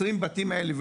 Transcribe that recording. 20 הבתים האלה,